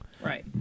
Right